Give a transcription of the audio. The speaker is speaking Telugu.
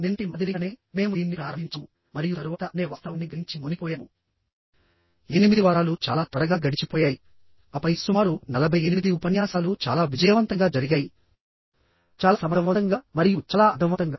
నిన్నటి మాదిరిగానే మేము దీన్ని ప్రారంభించాము మరియు తరువాత అనే వాస్తవాన్ని గ్రహించి మునిగిపోయాము 8 వారాలు చాలా త్వరగా గడిచిపోయాయి ఆపై సుమారు 48 ఉపన్యాసాలు చాలా విజయవంతంగా జరిగాయిచాలా సమర్థవంతంగా మరియు చాలా అర్థవంతంగా